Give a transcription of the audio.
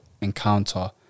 encounter